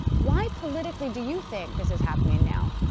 why, politically, do you think this is happening now?